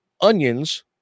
onions